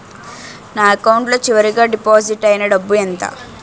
నా అకౌంట్ లో చివరిగా డిపాజిట్ ఐనా డబ్బు ఎంత?